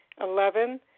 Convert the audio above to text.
Eleven